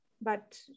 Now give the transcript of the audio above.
But-